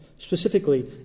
specifically